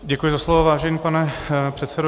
Děkuji za slovo, vážený pane předsedo.